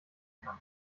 kann